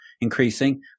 increasing